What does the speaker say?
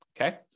okay